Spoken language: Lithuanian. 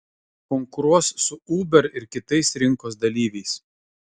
konkuruos su uber ir kitais rinkos dalyviais